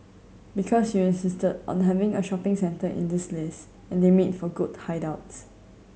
because you insisted on having a shopping centre in this list and they make for good hideouts